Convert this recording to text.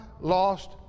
lost